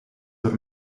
door